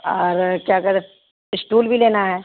اور کیا کر اسٹول بھی لینا ہے